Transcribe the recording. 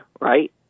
right